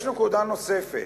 יש נקודה נוספת,